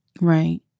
Right